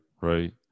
right